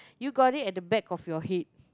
you got it at the back of your head